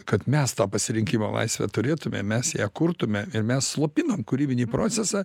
kad mes tą pasirinkimo laisvę turėtumėm mes ją kurtume ir mes slopinom kūrybinį procesą